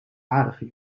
aardige